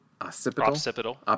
Occipital